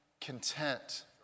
content